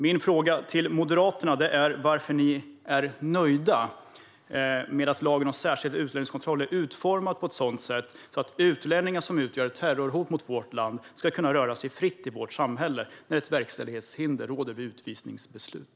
Min fråga till Moderaterna är varför ni är nöjda med att lagen om särskild utlänningskontroll är utformad på ett sådant sätt att utlänningar som utgör ett terrorhot mot vårt land ska kunna röra sig fritt i vårt samhälle då ett verkställighetshinder råder vid utvisningsbeslut.